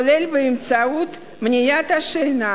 כולל באמצעות מניעת השינה,